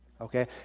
Okay